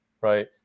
Right